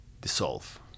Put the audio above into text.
dissolve